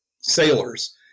sailors